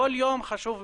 כל יום חשוב מבחינתנו.